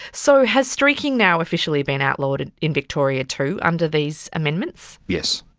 so has streaking now officially been outlawed and in victoria too under these amendments? yes.